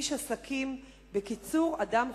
איש עסקים, בקיצור, אדם חופשי.